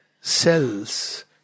cells